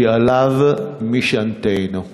כי עליו משענתנו.